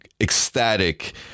ecstatic